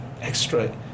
extra